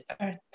earth